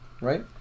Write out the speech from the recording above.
right